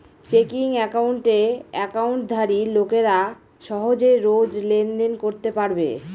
checking একাউণ্টে একাউন্টধারী লোকেরা সহজে রোজ লেনদেন করতে পারবে